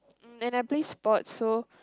mm I play sports so